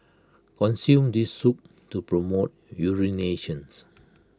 consume this soup to promote urinations